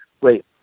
wait